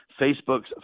Facebook's